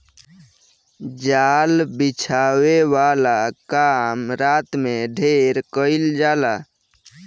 जाल बिछावे वाला काम रात में ढेर कईल जाला